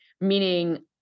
Meaning